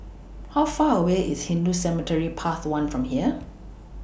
How Far away IS Hindu Cemetery Path one from here